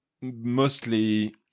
mostly